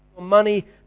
money